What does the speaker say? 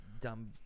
dumb